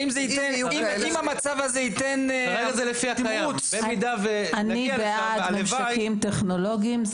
אם המצב הזה ייתן תמרוץ --- אני בעד ממשקים טכנולוגיים,